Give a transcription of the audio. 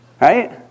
Right